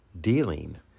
Dealing